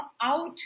out